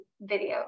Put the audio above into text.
video